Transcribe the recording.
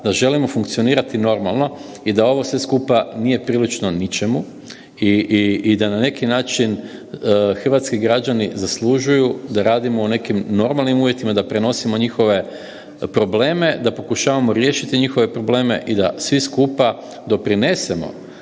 da želimo funkcionirati normalno i da ovo sve skupa nije prilično ničemu i da na neki način hrvatski građani zaslužuju da radimo u nekim normalnim uvjetima, da prenosimo njihove probleme, da pokušavamo riješiti njihove probleme i da svi skupa doprinesemo